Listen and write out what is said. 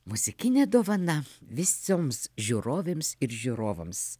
muzikinė dovana visoms žiūrovėms ir žiūrovams